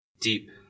Deep